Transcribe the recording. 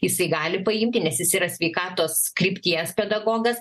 jisai gali paimti nes jis yra sveikatos krypties pedagogas